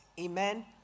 Amen